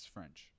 French